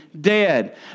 dead